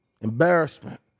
embarrassment